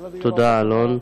תודה, אלון,